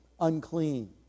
unclean